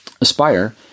Aspire